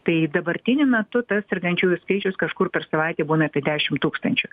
tai dabartiniu metu tas sergančiųjų skaičius kažkur per savaitę būna apie dešim tūkstančių